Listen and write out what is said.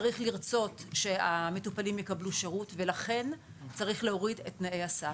צריך לרצות שהמטופלים יקבלו שירות ולכן צריך להוריד את תנאי הסף.